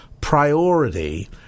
priority